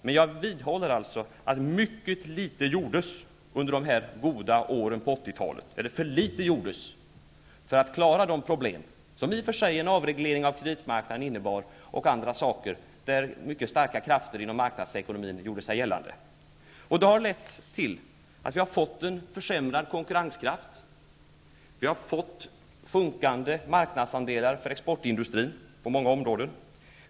Men jag vidhåller att alltför litet gjordes under de goda åren på 80-talet för att man skall klara de problem som en avreglering av kreditmarknaden bidrog till och annat där mycket starka krafter inom marknadsekonomin gjorde sig gällande. Det har lett till att vi har fått en försämrad konkurrenskraft, sjunkande marknadsandelar för exportindustrin på många områden.